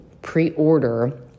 pre-order